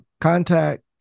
contact